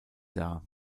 dar